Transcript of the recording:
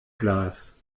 glas